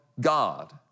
God